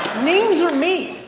names are made.